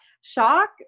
Shock